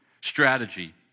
strategy